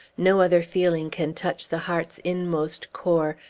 no other feeling can touch the heart's inmost core,